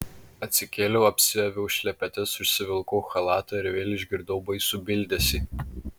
atsikėliau apsiaviau šlepetes užsivilkau chalatą ir vėl išgirdau baisų bildesį